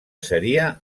seria